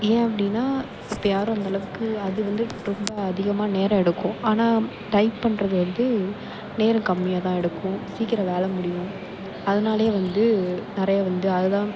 ஏன் அப்படின்னா இப்போ யாரும் அந்தளவுக்கு அது வந்து ரொம்ப அதிகமாக நேரம் எடுக்கும் ஆனால் டைப் பண்ணுறது வந்து நேரம் கம்மியாக தான் எடுக்கும் சீக்கிரம் வேலை முடியும் அதனாலேயே வந்து நிறைய வந்து அது தான்